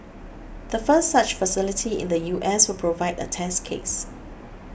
the first such facility in the U S will provide a test case